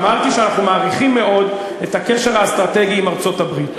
אמרתי שאנחנו מעריכים מאוד את הקשר האסטרטגי עם ארצות-הברית.